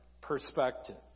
perspective